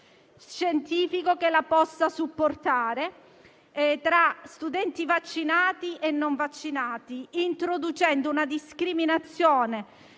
scientifico che la possa supportare - tra studenti vaccinati e non vaccinati; introducendo una discriminazione